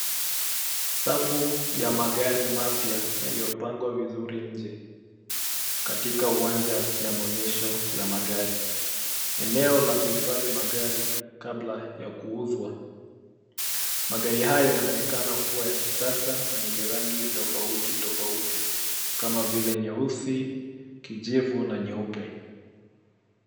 Safu ya magari mapya yaliyopangwa vizuri nje katika uwanja ya maonyesho ya magari, eneo la kuhifadhi magari kabla ya kuuzwa. Magari hayo yanaonekana kuwa ya kisasa na yenye rangi tofauti tofauti kama vile nyeusi, kijivu na nyeupe.